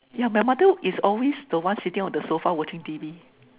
yeah my mother is always the one sitting on the sofa watching T_V